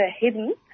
hidden